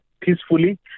peacefully